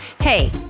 Hey